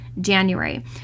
January